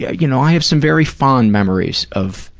you know, i have some very fond memories of